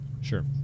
Sure